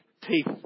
teeth